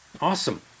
Awesome